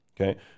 Okay